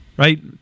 Right